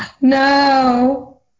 No